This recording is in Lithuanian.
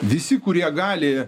visi kurie gali